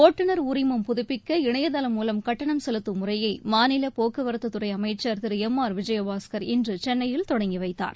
ஒட்டுநர் உரிமம் புதுப்பிக்க இளையதளம் மூலம் கட்டணம் செலுத்தும் முறையை மாநில போக்குவரத்துத்துறை அமைச்சர் திரு எம் ஆர் விஜயபாஸ்கர் இன்று சென்னையில் தொடங்கி வைத்தார்